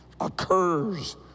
occurs